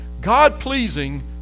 god-pleasing